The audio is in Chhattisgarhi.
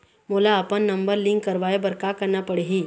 मोला अपन नंबर लिंक करवाये बर का करना पड़ही?